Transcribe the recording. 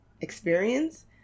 experience